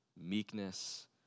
meekness